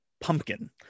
pumpkin